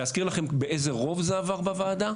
להזכיר לכם באיזה רוב זה עבר בוועדה?